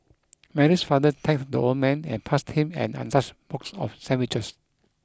Mary's father thanked the old man and passed him an untouched box of sandwiches